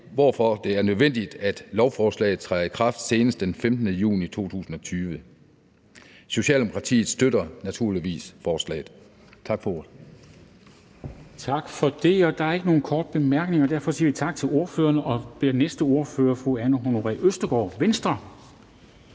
hvorfor det er nødvendigt, at lovforslaget træder i kraft senest den 15. juni 2020. Socialdemokratiet støtter naturligvis forslaget. Tak for ordet.